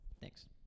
Thanks